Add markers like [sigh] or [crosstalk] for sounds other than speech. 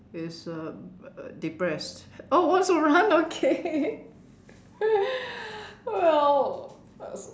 is uh depressed oh what's around okay [laughs] well